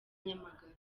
nyamagabe